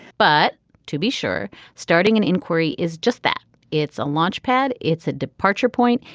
but to be sure starting an inquiry is just that it's a launch pad. it's a departure point.